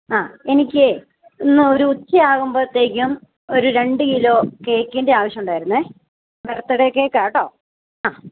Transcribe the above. ആ എനിക്ക് ഇന്നൊരു ഉച്ചയാകുമ്പോഴത്തേക്കും ഒരു രണ്ട് കിലോ കേക്കിന്റെ ആവശ്യമുണ്ടായിരുന്നു ബർത്തഡേ കേക്കാണ് കേട്ടോ ആ